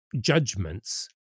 judgments